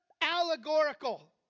allegorical